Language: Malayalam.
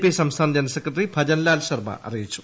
പി സംസ്ഥാന ജനറൽ സെക്രട്ടറി ഭജൻലാൽ ശർമ്മ അറിയിച്ചു